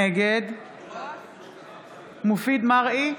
נגד מופיד מרעי,